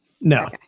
No